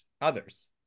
others